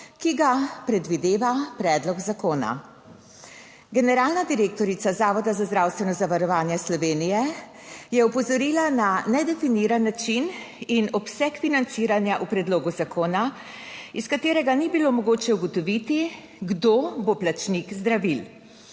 ki ga predvideva predlog zakona. Generalna direktorica Zavoda za zdravstveno zavarovanje Slovenije je opozorila na nedefiniran način in obseg financiranja v predlogu zakona, iz katerega ni bilo mogoče ugotoviti, kdo bo plačnik zdravil.